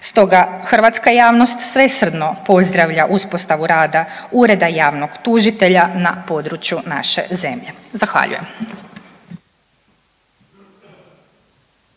Stoga hrvatska javnost svesrdno pozdravlja uspostavu rada Ureda javnog tužitelja na području naše zemlje. Zahvaljujem.